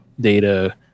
data